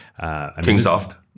Kingsoft